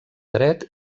dret